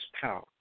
power